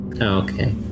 okay